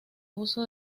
uso